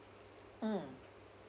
mm